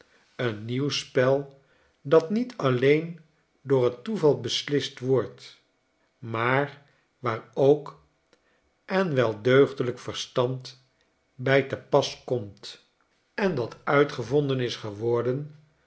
een nieuw spel dat niet alleen door t toeval beslist wordt maar waar ook en wel deugdelyk verstand by te pas komt en dat uitgevonden is geworden